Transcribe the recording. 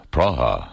Praha